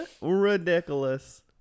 ridiculous